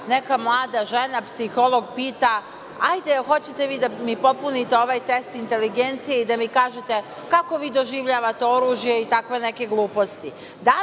neka mlada žena, psiholog pita – ajde, hoćete vi da mi popunite ovaj test inteligencije i da mi kažete kako vi doživljavate oružje i takve gluposti. Da